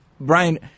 Brian